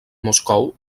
moscou